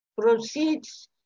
proceeds